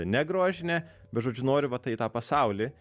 negrožinę bet žodžiu noriu vat tai į tą pasaulį